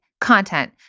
content